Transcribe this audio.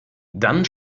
dann